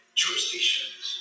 jurisdictions